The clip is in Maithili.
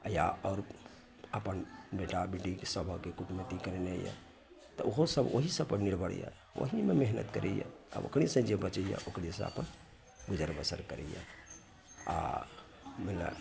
या आओर अपन बेटा बेटीक सभकके कुटमैती करेनाइ यऽ तऽ ओहो सभ ओहि सभपर निर्भर यऽ ओहिमे मेहनत करैए आब ओकरेसँ जे बचैए ओकरेसँ अपन गुजर बसर करैए आ मानि लए